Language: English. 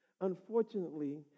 unfortunately